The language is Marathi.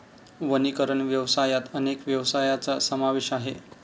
वनीकरण व्यवसायात अनेक व्यवसायांचा समावेश आहे